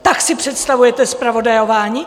Tak si představujete zpravodajování?